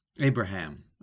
Abraham